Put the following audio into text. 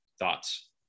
Thoughts